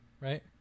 right